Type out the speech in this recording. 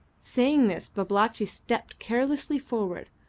saying this, babalatchi stepped carelessly forward,